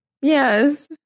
yes